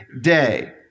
day